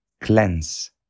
cleanse